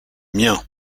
mien